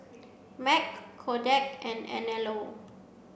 Mac Kodak and Anello